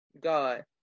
God